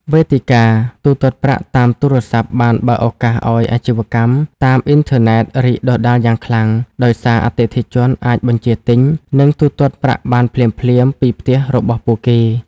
វេទិកាទូទាត់ប្រាក់តាមទូរស័ព្ទបានបើកឱកាសឱ្យអាជីវកម្មតាមអ៊ីនធឺណិតរីកដុះដាលយ៉ាងខ្លាំង ដោយសារអតិថិជនអាចបញ្ជាទិញ និងទូទាត់ប្រាក់បានភ្លាមៗពីផ្ទះរបស់ពួកគេ។